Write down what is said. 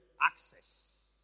access